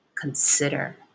consider